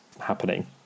happening